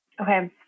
Okay